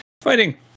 fighting